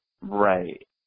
Right